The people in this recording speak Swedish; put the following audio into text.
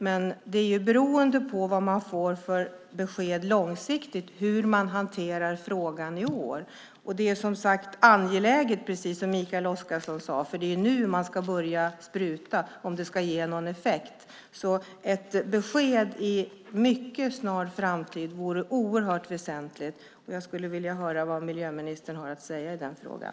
Men hur man hanterar frågan i år beror på vilket långsiktigt besked man får. Precis som Mikael Oscarsson sade är det här angeläget, för det är ju nu man ska börja spruta om det ska ge någon effekt. Ett besked inom en mycket snar framtid vore oerhört väsentligt. Jag skulle vilja höra vad miljöministern har att säga i den frågan.